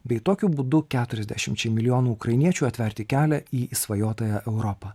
bei tokiu būdu keturiasdešimčiai milijonų ukrainiečių atverti kelią į išsvajotąją europą